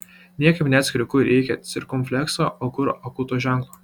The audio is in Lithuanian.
niekaip neatskiriu kur reikia cirkumflekso o kur akūto ženklo